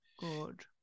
Good